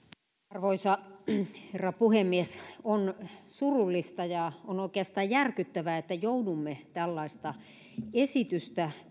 arvoisa herra puhemies on surullista ja on oikeastaan järkyttävää että joudumme käsittelemään tällaista esitystä